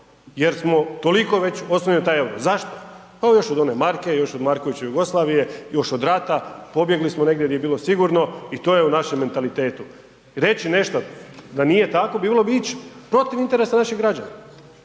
jer smo toliko već oslonjeni na taj EUR-o, zašto, pa još od one marke, još od Markovićeve Jugoslavije, još od rata, pobjegli smo negdje gdje je bilo sigurno i to je u našem mentalitetu, reći nešto da nije tako bilo bi ić protiv interesa naših građana,